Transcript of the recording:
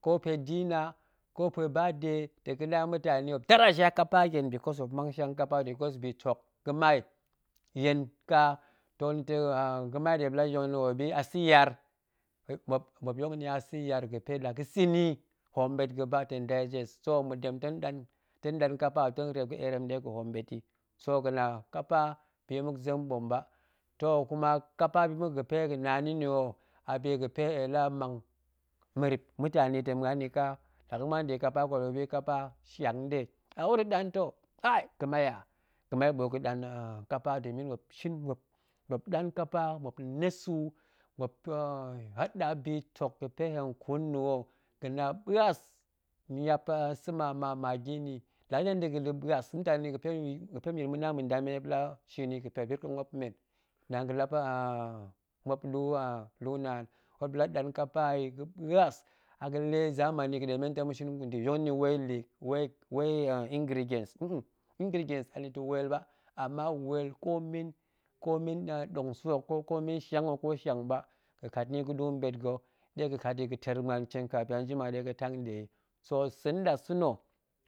Ko pe dinner ko pe birthday ta̱ ga̱na mutani muop deraja kapa yen because muop man shiang kapa, because bitok ga̱mai yen ka, toh anita̱ ga̱mai ɗe la yong ni a muop yi a sa̱ yar, muop muop yen ni a yar ga̱pe la ga̱sa̱ ni tong hoom bet ga̱ba tong daiges, so ma̱ ɗen tong ḏan kapa muop ta reep ga̱ a̱rem ɗen ga̱hoom ɓom ba̱ kuma kapa bi muk ga̱pe ga̱na ni nni ho, a bi ga̱pe nɗe la mang mirip mutani ta̱ muan ni ka, la ga muan de kapa muop ta̱ kwal muop yi kapa shiang nɗe awuro ɗan ta̱ hai ga̱mai ha, ga̱mai ɓoot ga̱ɗan kapa domin muop shin muop, muop dan kapa muop nesu, muop haɗa bitok ga̱pe hen ƙun nna̱ ho, ga̱na ɓuas, niap sa̱ ma ma magi nni la ga̱zem de ga̱la̱ ɓuas mutani ga̱pe ma̱ya̱a̱l ma̱na ma̱nda men ɗe la suin yi, ga̱pe muop yir nkong muop pa̱ men, naan ga̱lap muop lu naan, muop nɗe laɗan kapa yi ga̱ɓuas, a ga̱lee zameni ga̱de men ta̱ ma̱shin muop yong ni wei lee ingredents ingredents anita̱ weel ba, ama weel komin ɗong sa̱ ho, komi shian ho, ko shiang ba ga̱kat ni ga̱ɗu mɓet ga̱, ɗega̱ kat yi ga̱teer muan ntiem, kapin ajima dega̱ tang nde yi sool sa̱ nɗasa̱na̱